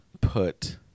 put